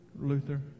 Luther